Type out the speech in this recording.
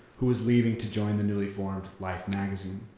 who was leaving to join the newly formed life magazine.